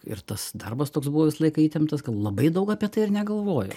ir tas darbas toks buvo visą laiką įtemptas kad labai daug apie tai ir negalvojau